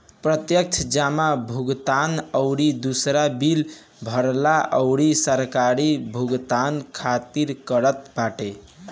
प्रत्यक्ष जमा भुगतान अउरी दूसर बिल भरला अउरी सरकारी भुगतान खातिर करत बाटे